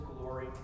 glory